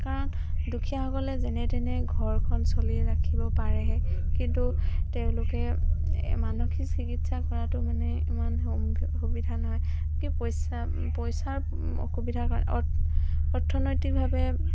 কাৰণ দুখীয়াসকলে যেনে তেনে ঘৰখন চলি ৰাখিব পাৰেহে কিন্তু তেওঁলোকে মানসিক চিকিৎসা কৰাটো মানে ইমান সুবিধা নহয় কি পইচা পইচাৰ অসুবিধা কাৰণে অৰ্থনৈতিকভাৱে